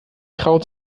traut